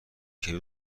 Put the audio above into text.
کبریت